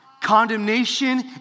Condemnation